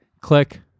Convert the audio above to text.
click